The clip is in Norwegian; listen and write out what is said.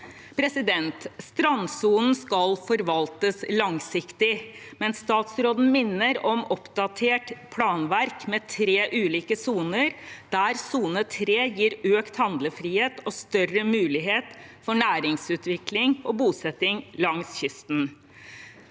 Strandsonen skal forvaltes langsiktig, men statsråden minner om oppdatert planverk med tre ulike soner, der sone 3 gir økt handlefrihet og større mulighet for næringsutvikling og bosetting langs kysten.